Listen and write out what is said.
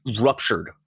ruptured